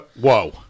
Whoa